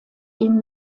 ihn